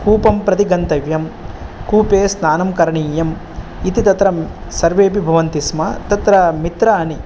कूपं प्रति गन्तव्यं कूपे स्नानं करणीयम् इति तत्र सर्वेऽपि भवन्ति स्म तत्र मित्राणि